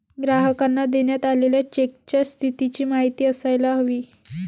ग्राहकांना देण्यात आलेल्या चेकच्या स्थितीची माहिती असायला हवी